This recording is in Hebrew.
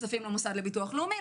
להפריש כספים למוסד לביטוח לאומי,